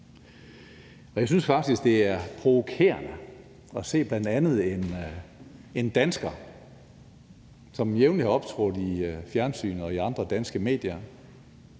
Jeg synes faktisk, det er provokerende at se bl.a. en dansker, som jævnligt har optrådt i fjernsynet og i andre danske medier,